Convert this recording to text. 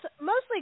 mostly